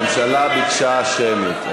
הממשלה ביקשה שמית.